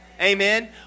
Amen